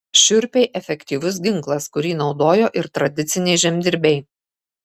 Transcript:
šiurpiai efektyvus ginklas kurį naudojo ir tradiciniai žemdirbiai